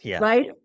right